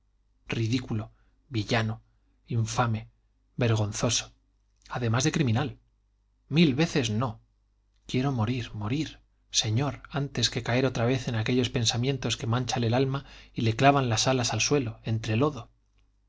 ridículo villano infame vergonzoso además de criminal mil veces no quiero morir morir señor antes que caer otra vez en aquellos pensamientos que manchan el alma y le clavan las alas al suelo entre lodo